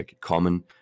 common